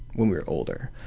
when we were older,